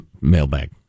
Mailbag